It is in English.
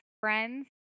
friends